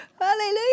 Hallelujah